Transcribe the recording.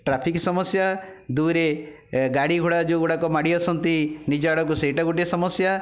traffic ସମସ୍ୟା ଦୁଇରେ ଗାଡ଼ି ଘୋଡ଼ା ଯେଉଁ ଗୁଡ଼ାକ ମାଡ଼ି ଆସନ୍ତି ନିଜ ଆଡ଼କୁ ସେଇଟା ଗୋଟିଏ ସମସ୍ୟା